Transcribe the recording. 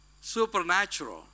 Supernatural